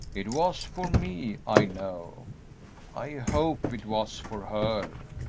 it was for me, i know i hope it was for her.